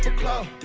clout